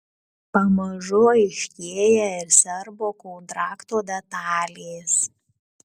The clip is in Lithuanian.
pamažu aiškėja ir serbo kontrakto detalės